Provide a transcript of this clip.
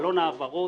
בחלון העברות